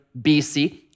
BC